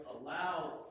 allow